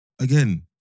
Again